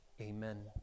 amen